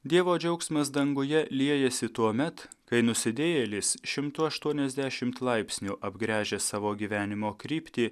dievo džiaugsmas danguje liejasi tuomet kai nusidėjėlis šimtu aštuoniasdešimt laipsnių apgręžęs savo gyvenimo kryptį